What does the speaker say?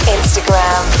Instagram